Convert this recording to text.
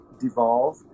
devolve